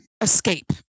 escape